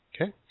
Okay